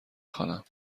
خوانم